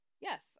Yes